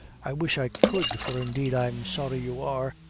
i wish i could for indeed i am sorry you are.